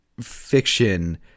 fiction